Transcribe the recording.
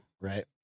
Right